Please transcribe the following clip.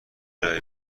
ارائه